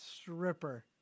stripper